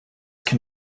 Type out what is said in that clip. can